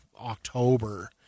October